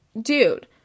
dude-